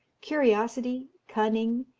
curiosity, cunning,